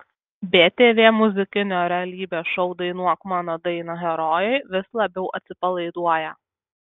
btv muzikinio realybės šou dainuok mano dainą herojai vis labiau atsipalaiduoja